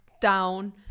down